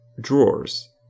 drawers